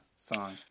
song